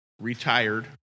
retired